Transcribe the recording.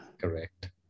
Correct